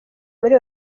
muri